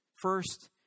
First